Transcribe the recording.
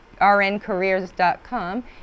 rncareers.com